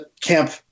camp